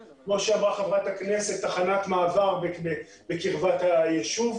כמו שאמרה חברת הכנסת תחנת מעבר בקרבת היישוב,